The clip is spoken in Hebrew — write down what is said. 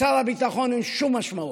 לשר הביטחון אין שום משמעות,